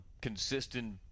consistent